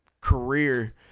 career